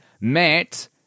Matt